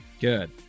Good